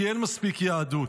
כי אין מספיק יהדות.